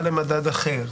למדד אחר.